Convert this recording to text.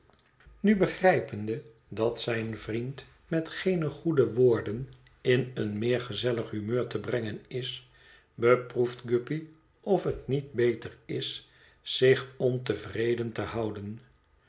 nu begrijpende dat zijn vriend met geene goede woorden in een meer gezellig humeur is te brengen beproeft guppy of het niet beter is zich ontevredc a te houden